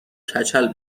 کچل